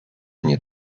nie